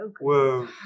whoa